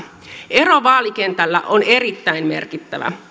ero vaalikentällä on erittäin merkittävä